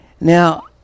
Now